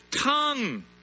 tongue